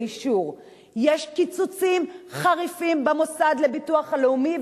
יש קיצוצים חריפים במוסד לביטוח לאומי,